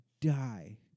die